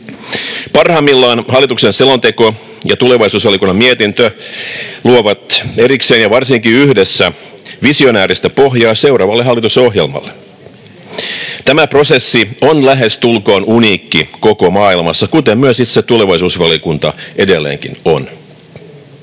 Parhaimmillaan hallituksen selonteko ja tulevaisuusvaliokunnan mietintö luovat erikseen ja varsinkin yhdessä visionääristä pohjaa seuraavalle hallitusohjelmalle. Tämä prosessi on lähestulkoon uniikki koko maailmassa, kuten myös itse tulevaisuusvaliokunta edelleenkin on.